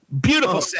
Beautiful